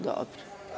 Dobro.